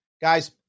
Guys